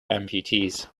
amputees